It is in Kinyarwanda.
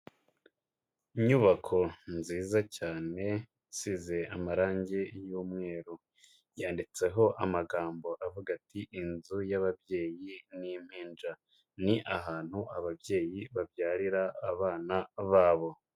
Inyubako nziza cyane isize amarangi y'umweru, yanditseho amagambo avuga ati '' inzu y'ababyeyi n'impinja'' ni ahantu ababyeyi babyarira abana babo.